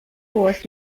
was